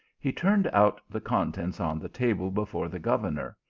he turned out the contents on the table before the governor,